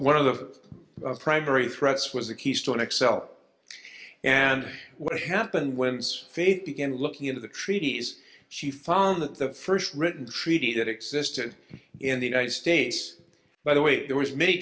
one of the primary threats was the keystone x l and what happened women's feet began looking into the treaties she found that the first written treaty that existed in the united states by the way there was many